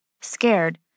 Scared